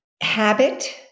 Habit